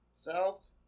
South